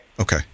Okay